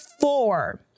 four